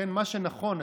מה שנכון,